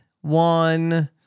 one